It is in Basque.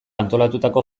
antolatutako